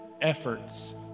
efforts